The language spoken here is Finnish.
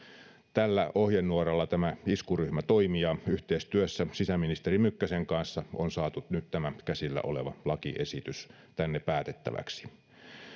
tällä ohjenuoralla tämä iskuryhmä toimi ja yhteistyössä sisäministeri mykkäsen kanssa on saatu nyt tämä käsillä oleva lakiesitys tänne päätettäväksi